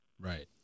Right